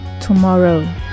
tomorrow